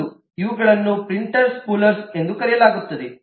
ಇವುಗಳನ್ನು ಪ್ರಿಂಟರ್ ಸ್ಪೂಲರ್ಗಳು ಎಂದು ಕರೆಯಲಾಗುತ್ತದೆ